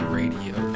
radio